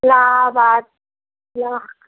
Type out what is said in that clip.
इलाहाबाद या